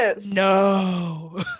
No